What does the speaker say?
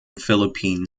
philippine